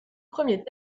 premiers